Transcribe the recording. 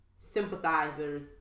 sympathizers